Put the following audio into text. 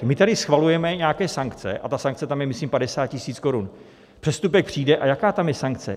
My tady schvalujeme nějaké sankce, ta sankce tam je myslím 50 000 korun, přestupek přijde, a jaká tam je sankce?